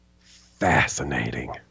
Fascinating